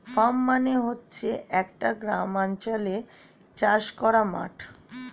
farm মানে হচ্ছে একটা গ্রামাঞ্চলে চাষ করার মাঠ